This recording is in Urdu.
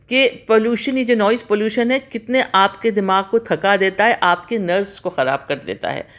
کہ پولیوشن یہ جو نوائز پولیوشن ہے کتنے آپ کے دماغ کو تھکا دیتا ہے آپ کے نروس کو خراب کر دیتا ہے